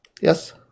Yes